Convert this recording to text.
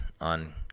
on